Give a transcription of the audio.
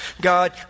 God